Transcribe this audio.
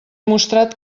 mostrat